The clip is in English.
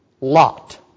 Lot